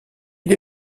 île